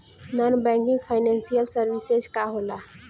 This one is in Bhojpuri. नॉन बैंकिंग फाइनेंशियल सर्विसेज का होला?